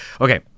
Okay